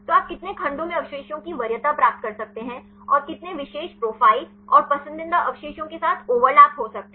तो आप कितने खंडों में अवशेषों की वरीयता प्राप्त कर सकते हैं और कितने विशेष प्रोफ़ाइल और पसंदीदा अवशेषों के साथ ओवरलैप हो सकते हैं